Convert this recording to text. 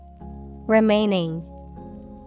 Remaining